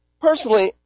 personally